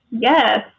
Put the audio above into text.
Yes